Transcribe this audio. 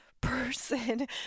person